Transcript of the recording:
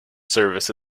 service